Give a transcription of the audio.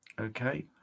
Okay